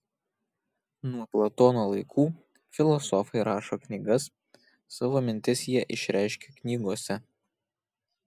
nuo platono laikų filosofai rašo knygas savo mintis jie išreiškia knygose